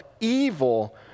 evil